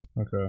Okay